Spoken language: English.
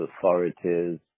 authorities